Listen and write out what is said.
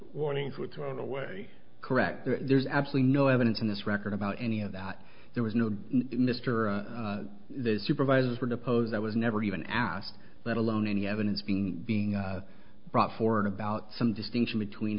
warnings were thrown away correct there's absolutely no evidence in this record about any of that there was no mr the supervisors were deposed that was never even asked let alone any evidence being being brought forward about some distinction between